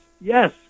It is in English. Yes